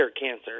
cancer